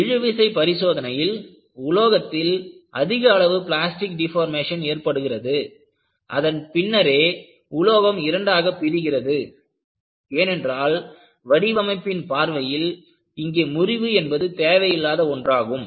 இழுவிசை பரிசோதனையில் டக்டைல் உலோகத்தில் அதிக அளவு பிளாஸ்டிக் டெபார்மஷன் ஏற்படுகிறது அதன் பின்னரே உலோகம் இரண்டாக பிரிகிறது ஏனென்றால் வடிவமைப்பின் பார்வையில் இங்கே முறிவு என்பது தேவையில்லாத ஒன்றாகும்